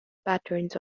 patterns